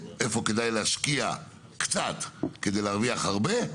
איפה כדאי להשקיע קצת כדי להרוויח הרבה,